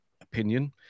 opinion